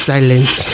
Silence